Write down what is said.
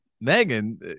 Megan